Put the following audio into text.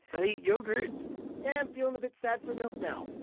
but eat yogurt yeah, i'm feeling a bit sad for milk now,